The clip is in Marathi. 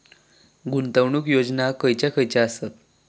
गुंतवणूक योजना खयचे खयचे आसत?